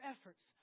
efforts